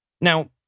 Now